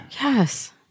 Yes